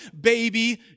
baby